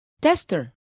Tester